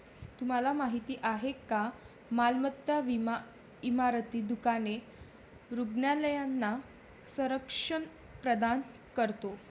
तुम्हाला माहिती आहे का मालमत्ता विमा इमारती, दुकाने, रुग्णालयांना संरक्षण प्रदान करतो